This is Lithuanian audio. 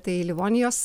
tai livonijos